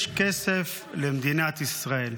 יש כסף למדינת ישראל.